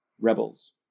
rebels